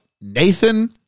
Nathan